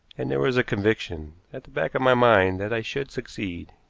and there was a conviction at the back of my mind that i should succeed.